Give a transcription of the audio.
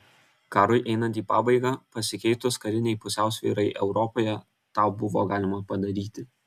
karui einant į pabaigą pasikeitus karinei pusiausvyrai europoje tą buvo galima padaryti